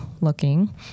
looking